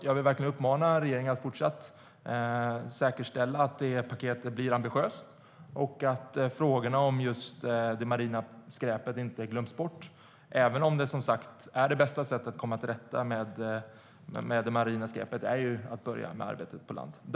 Jag vill verkligen uppmana regeringen att fortsätta med arbetet för att säkerställa att paketet blir ambitiöst och att frågorna om det marina skräpet inte glöms bort, även om det bästa sättet att komma till rätta med det marina skräpet är att börja med arbetet på land.